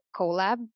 collab